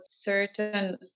certain